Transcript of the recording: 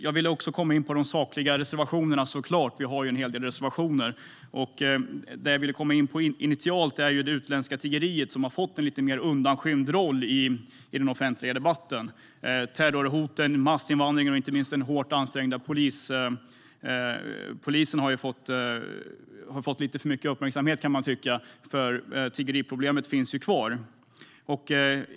Jag vill också komma in på de sakliga reservationerna. Vi har såklart en hel del sådana. Det jag vill ta upp initialt är det utländska tiggeriet, som har fått en lite mer undanskymd roll i den offentliga debatten. Terrorhoten, massinvandringen och inte minst den hårt ansträngda polisen har fått lite för mycket uppmärksamhet, kan man tycka, för tiggeriproblemet finns ju kvar.